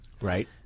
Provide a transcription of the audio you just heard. right